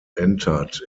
entered